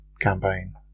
campaign